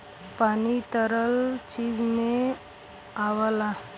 पानी तरल चीज में आवला